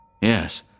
Yes